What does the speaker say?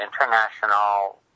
international